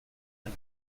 ein